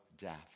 death